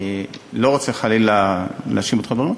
אני לא רוצה להאשים אותך חלילה.